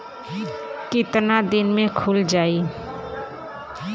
कितना दिन में खुल जाई?